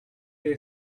they